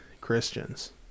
Christians